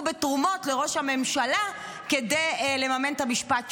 בתרומות לראש הממשלה כדי לממן את המשפט שלו.